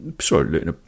Sorry